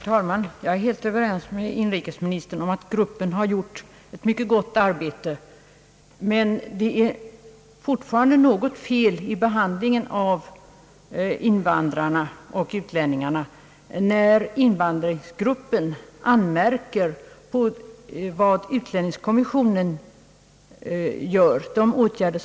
Herr talman! Jag är helt överens med inrikesministern om att gruppen har gjort ett mycket gott arbete. Men det är fortfarande något fel i behandlingen av invandrarna och utlänningarna, när invandringsgruppen anmärker på de åtgärder som <utlänningskommissionen vidtar.